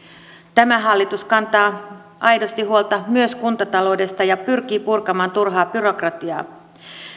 tämä hallitus kantaa aidosti huolta myös kuntataloudesta ja pyrkii purkamaan turhaa byrokratiaa